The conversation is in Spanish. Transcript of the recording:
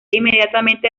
inmediatamente